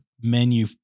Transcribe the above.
menu